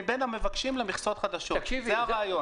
מבין המבקשים למכסות חדשות זה הרעיון.